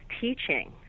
teaching